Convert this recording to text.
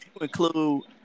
include